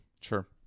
Sure